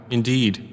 Indeed